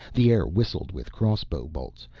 the air whistled with crossbow bolts,